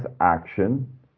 action